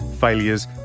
failures